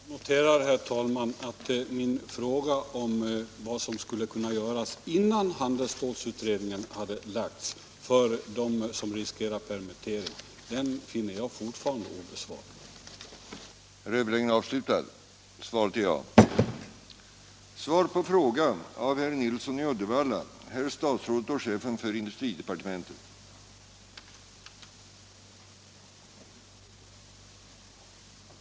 Herr talman! Jag noterar att min fråga om vad som skulle kunna göras för dem som riskerar permittering — innan handelsstålutredningen lägger — oo fram sitt betänkande — fortfarande är obesvarad.